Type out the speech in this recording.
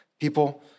people